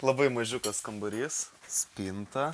labai mažiukas kambarys spinta